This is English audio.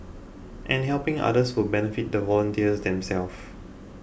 and helping others will benefit the volunteers themselves